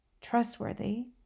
trustworthy